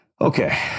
Okay